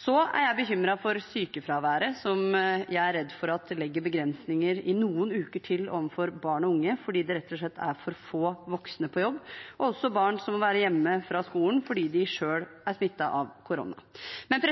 Jeg er bekymret for sykefraværet, som jeg er redd for legger begrensninger i noen uker til for barn og unge, fordi det rett og slett er for få voksne på jobb, også for barn som må være hjemme fra skolen fordi de selv er smittet av korona. Men